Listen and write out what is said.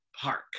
Park